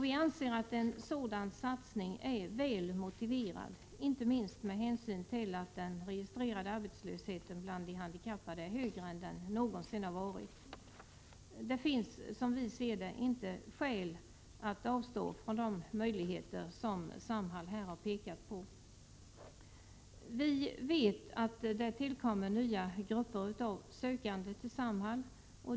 Vi anser att en sådan satsning är väl motiverad, inte minst med hänsyn till att den registrerade arbetslösheten bland de handikappade är högre än den någonsin varit. Det finns, som vi ser det, inte skäl att avstå från de möjligheter som Samhall här har pekat på. Vi vet att det tillkommer nya grupper av sökande till Samhall.